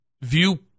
view